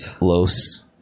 Los